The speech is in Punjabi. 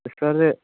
ਅਤੇ ਸਰ